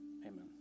amen